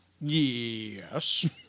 Yes